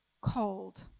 cold